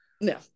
no